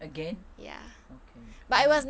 again okay